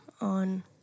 on